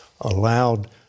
allowed